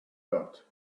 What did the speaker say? got